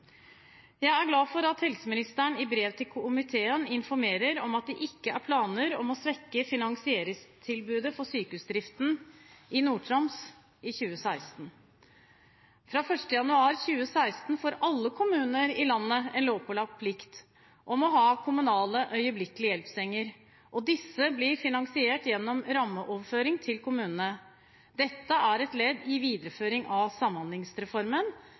Jeg er glad for at helseministeren i brev til komiteen informerer om at det ikke er planer om å svekke finansieringstilbudet for sykehusdriften i Nord-Troms i 2016. Fra 1. januar 2016 får alle kommuner i landet en lovpålagt plikt til å ha kommunale øyeblikkelig hjelp-senger. Disse blir finansiert gjennom rammeoverføring til kommunene. Dette er et ledd i videreføringen av Samhandlingsreformen,